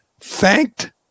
thanked